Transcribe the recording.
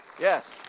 Yes